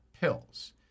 pills